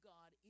God